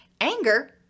anger